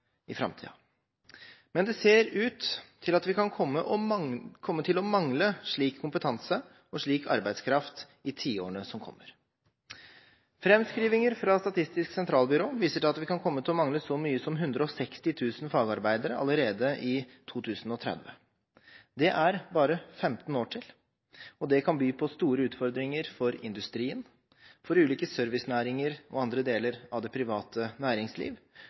i framtiden. Men det ser ut til at vi kan komme til å mangle slik kompetanse og slik arbeidskraft i tiårene som kommer. Framskrivinger fra Statistisk sentralbyrå viser at vi kan komme til å mangle så mye som 160 000 fagarbeidere allerede i 2030. Det er bare 15 år til, og det kan by på store utfordringer for industrien, for ulike servicenæringer og andre deler av det private næringsliv